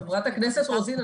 חברת הכנסת רוזין,